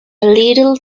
little